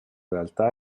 realtà